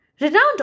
Renowned